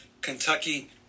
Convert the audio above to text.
Kentucky